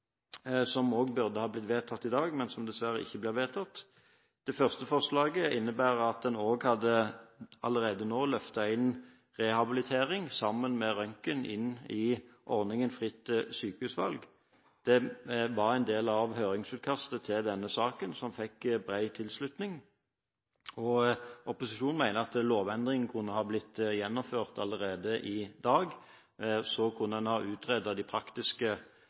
som også burde ha blitt vedtatt i dag, men som dessverre ikke blir vedtatt. Det første forslaget innebærer at man allerede nå hadde løftet rehabilitering sammen med røntgen inn i ordningen med fritt sykehusvalg. Det var en del av høringsutkastet til denne saken og fikk bred tilslutning, og opposisjonen mener at lovendringen kunne ha blitt gjennomført allerede i dag. Så kunne man ha utredet de praktiske